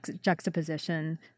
juxtaposition